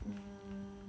mm